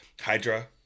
Hydra